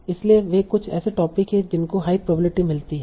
इसलिए वे कुछ ऐसे टोपिक हैं जिनको हाई प्रोबेबिलिटी मिलती है